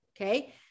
Okay